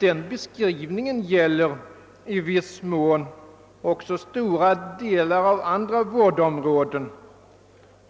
Den beskrivningen gäller i viss mån också stora delar av andra vårdområden,